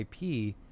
IP